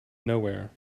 nowhere